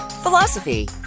Philosophy